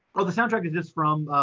well, the soundtrack is just from,